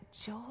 joy